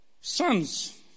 sons